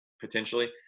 potentially